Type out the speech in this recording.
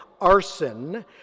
arson